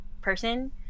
person